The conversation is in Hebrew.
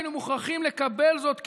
היינו מוכרחים לקבל זאת כעובדה,